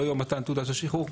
לא יום מתן תעודת השחרור.